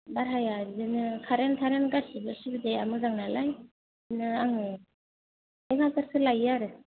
भाराया बिदिनो कारेन थारेन गासिबो सुबिदाया मोजांनालाय बिदिनो आंङो एक हाजारसो लायो आरो